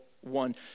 one